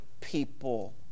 people